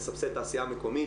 נסבסד תעשייה מקומית,